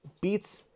beats